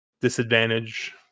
disadvantage